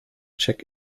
check